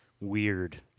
weird